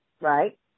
Right